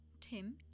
Tim